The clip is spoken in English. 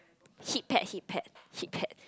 heat pad heat pad heat pad